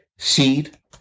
Seed